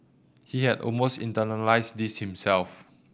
he has almost internalised this himself